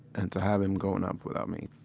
and to have him growing up without me.